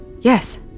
Yes